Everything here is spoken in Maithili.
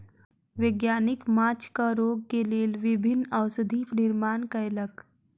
वैज्ञानिक माँछक रोग के लेल विभिन्न औषधि निर्माण कयलक